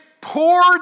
poor